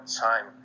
time